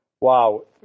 wow